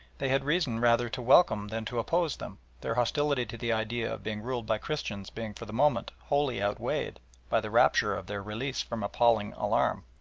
they had reason rather to welcome than to oppose them, their hostility to the idea of being ruled by christians being for the moment wholly outweighed by the rapture of their release from appalling alarm.